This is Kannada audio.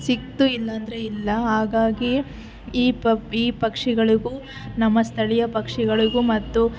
ಸಿಕ್ತು ಇಲ್ಲ ಅಂದರೆ ಇಲ್ಲ ಹಾಗಾಗಿ ಈ ಈ ಪಕ್ಷಿಗಳಿಗೂ ನಮ್ಮ ಸ್ಥಳೀಯ ಪಕ್ಷಿಗಳಿಗೂ ಮತ್ತು